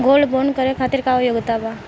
Gold bond करे खातिर का योग्यता बा?